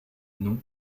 nom